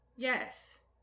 Yes